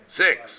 six